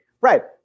right